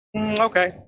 okay